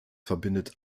verbindet